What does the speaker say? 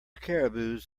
caribous